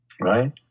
Right